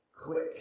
quick